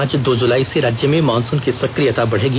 आज दो जुलाई से राज्य में मॉनसून की सक्रियता बढ़ेगी